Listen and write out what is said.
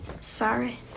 sorry